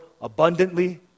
abundantly